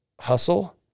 hustle